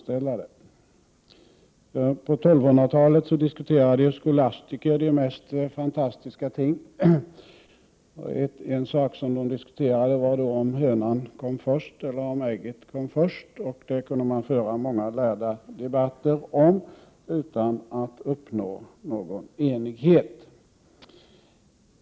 På 1200-talet diskuterade skolastiker de mest fantastiska ting. En sak som de diskuterade var om hönan eller ägget kom först. Detta kunde man föra många lärda debatter om utan att uppnå någon enighet.